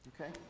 okay